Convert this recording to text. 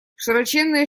широченные